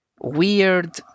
weird